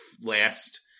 last